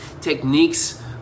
techniques